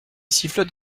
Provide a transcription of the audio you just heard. sifflote